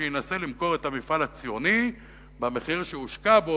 שינסה למכור את המפעל הציוני במחיר שהושקע בו,